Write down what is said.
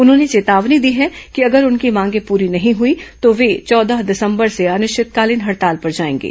उन्होंने चेतावनी दी है कि अगर उनकी मांगे पूरी नहीं हई तो वे चौदह दिसंबर से अनिश्चितकालीन हड़ताल पर जाएंगे